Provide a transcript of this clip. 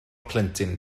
plentyn